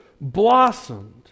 blossomed